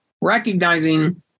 recognizing